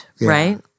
right